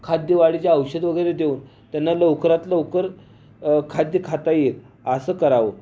खाद्यवाढीचे औषध वगैरे देऊन त्यांना लवकरात लवकर खाद्य खाता येईल असं करावं